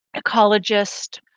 ecologist,